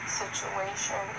situation